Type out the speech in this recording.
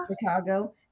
Chicago